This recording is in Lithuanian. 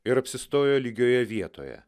ir apsistojo lygioje vietoje